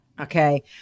Okay